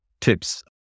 tips